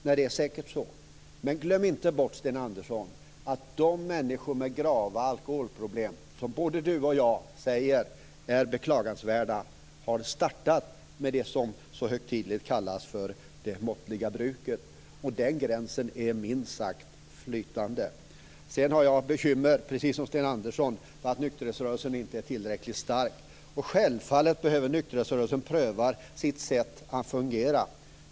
Nej, det är säkert så, men glöm inte bort att de människor med grava alkoholproblem som både Sten Andersson och jag säger är beklagansvärda har startat med det som så högtidligt kallas det måttliga bruket. Gränsen är minst sagt flytande. Jag har precis som Sten Andersson bekymmer över att nykterhetsrörelsen inte är tillräckligt stark. Självfallet behöver nykterhetsrörelsen pröva sitt sätt att fungera.